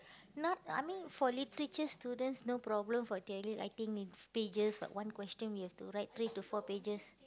not I mean for literature students no problem for theory writing it's pages but one question you have to write three to four pages